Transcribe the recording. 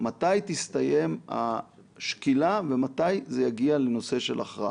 מתי תסתיים השקילה ומתי זה יגיע לנושא של הכרעה?